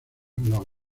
los